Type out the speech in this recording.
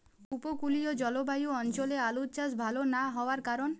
উপকূলীয় জলবায়ু অঞ্চলে আলুর চাষ ভাল না হওয়ার কারণ?